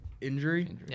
injury